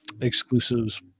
exclusives